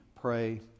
pray